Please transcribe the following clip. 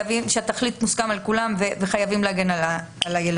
שהתכלית מוסכמת על כולם וחייבים להגן על הילדים.